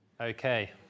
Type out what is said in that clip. Okay